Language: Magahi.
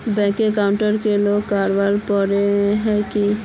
बैंक अकाउंट में लिंक करावेल पारे है की?